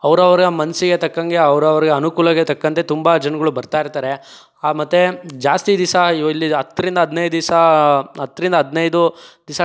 ಅವರ ಅವರ ಮನಸ್ಸಿಗೆ ತಕ್ಕಂಗೆ ಅವರವ್ರಿಗೆ ಅನುಕೂಲಕ್ಕೆ ತಕ್ಕಂತೆ ತುಂಬ ಜನಗಳು ಬರ್ತಾಯಿರ್ತಾರೆ ಮತ್ತೆ ಜಾಸ್ತಿ ದಿವಸ ಇವು ಇಲ್ಲಿ ಹತ್ತರಿಂದ ಹದಿನೈದು ದಿವಸ ಹತ್ತರಿಂದ ಹದಿನೈದು ದಿವಸ